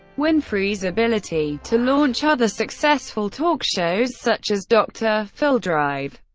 winfrey's ability to launch other successful talk shows such as dr. phil, dr.